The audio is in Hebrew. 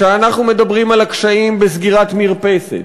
כשאנחנו מדברים על הקשיים בסגירת מרפסת,